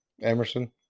Emerson